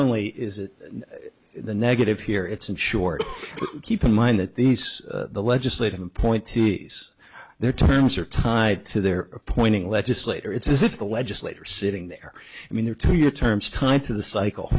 only is it the negative here it's in short keep in mind that these legislative appointees their terms are tied to their appointing legislator it's as if the legislator sitting there i mean they're two year terms tied to the cycle